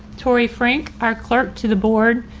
tory frank, our clerk to the board,